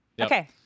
Okay